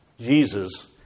Jesus